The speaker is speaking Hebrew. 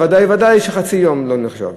ובוודאי ובוודאי שחצי יום לא נחשב.